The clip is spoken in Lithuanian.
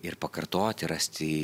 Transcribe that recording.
ir pakartoti ir rasti